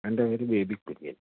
എൻ്റെ പേര് ബേബി കുര്യൻ